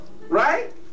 right